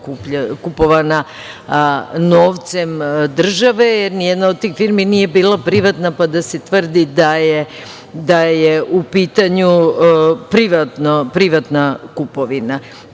kupovana novcem države, jer nijedna od tih firmi nije bila privatna, pa da se tvrdi da u pitanju privatna kupovina. Tragično